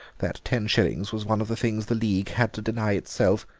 that ten shillings was one of the things the league had to deny itself.